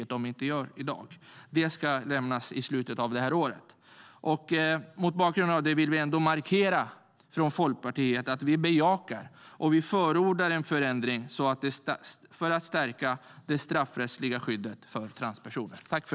Utredningen ska lämna sitt förslag i slutet av året. Mot bakgrund av detta vill vi i Folkpartiet ändå markera att vi bejakar och förordar en förändring för att stärka det straffrättsliga skyddet för transpersoner.